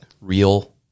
real